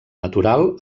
natural